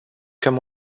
comme